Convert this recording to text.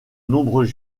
nombreux